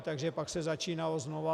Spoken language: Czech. Takže pak se začínalo znovu.